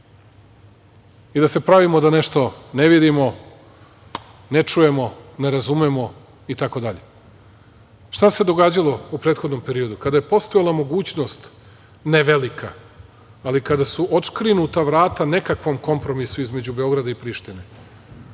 i da se pravimo da nešto ne vidimo, ne čujemo, ne razumemo i tako dalje? Šta se događalo u prethodnom periodu? Kada je postojala mogućnost, ne velika, ali kada su otškrinuta vrata nekakvom kompromisu između Beograda i Prištine